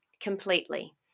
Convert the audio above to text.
completely